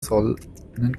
sollen